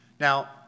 Now